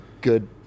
good